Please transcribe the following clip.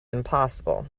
impossible